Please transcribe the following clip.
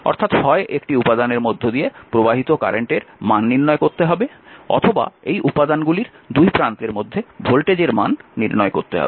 অর্থাৎ হয় একটি উপাদানের মধ্য দিয়ে প্রবাহিত কারেন্টের মান নির্ণয় করতে হবে অথবা এই উপাদানগুলির দুই প্রান্তের মধ্যে ভোল্টেজের মান নির্ণয় করতে হবে